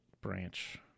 branch